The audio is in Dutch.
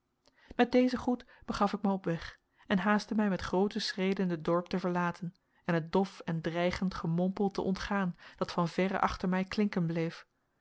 met dezen groet begaf ik mij op weg en haastte mij met groote schreden het dorp te verlaten en het dof en dreigend gemompel te ontgaan dat van verre achter mij klinken bleef